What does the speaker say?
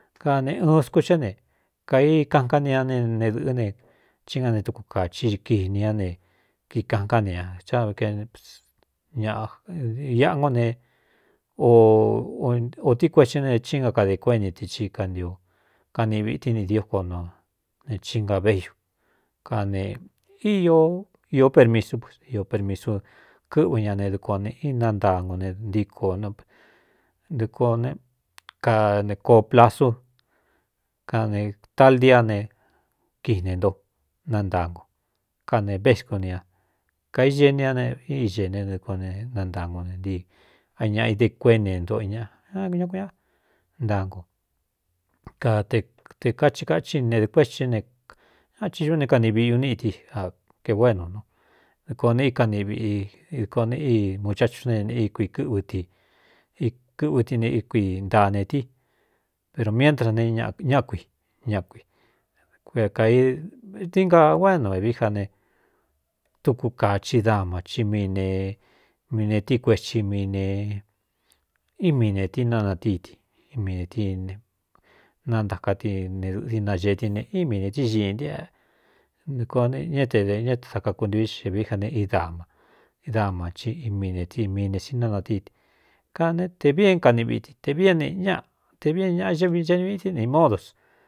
Kane ɨɨn skuxé ne kaikaꞌan kánia ne ne dɨ̄ꞌɨ́ ne chí nga ne tuku kāachi kini ñá ne kikaꞌnká ne ña a ñaꞌ iꞌa ngo ne ōtí kuetí ne chí nga kadē kuéni te i kantiu kaniꞌviti nidioko no ne chinga véꞌiu kane í ió permisú iō permisu kɨꞌv ña ne dukuān ne ínantaango ne ntííko kkane koo plasu kanetaldiá ne kiꞌne ntó nantaa ngo kane vesku ni a kāiñe ni ña e ixe ne nukuan ne nantaangu ne ntii a ñaꞌa ide kuéni ntoꞌo ñaꞌa ñá ku ña ntaa ngu kaete kai kachí nedɨ kuétí ne ñaa chi duꞌú ne kani viꞌuniti a kēgō é nū nu dɨkoo ne íkaniꞌ viꞌi dko ne í muchachú ne e íkui kɨꞌi kɨvti ne íkui ntaa ne tí pero miéntra ne ñá kui ña kuikuia kāvtií nga uá é nu é vií ja ne tuku kāachi dama cí mii ne miine tí kueti mi ne i mii netí nanatíiti m neti nantaka ti nedɨ̄ꞌɨdinagee ti ne í mii netígiꞌi ntiꞌa dko n ña é te ña e da kakuntuí xxe vií ja ne ddama cí miineti miinesi nánatííti kane te vi é kaniꞌi viti tev ñꞌte vi é ñaꞌa ievieni vití nei módos